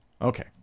Okay